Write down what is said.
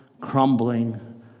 crumbling